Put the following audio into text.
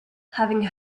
having